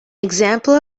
example